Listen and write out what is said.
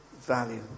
value